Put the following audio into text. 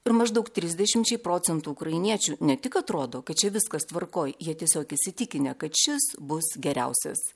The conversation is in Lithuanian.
ir maždaug trisdešimčiai procentų ukrainiečių ne tik atrodo kad čia viskas tvarkoj jie tiesiog įsitikinę kad šis bus geriausias